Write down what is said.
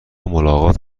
ملاقات